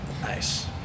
Nice